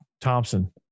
Thompson